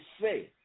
say